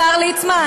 השר ליצמן,